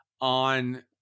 ...on